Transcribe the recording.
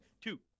two